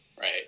right